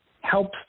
helps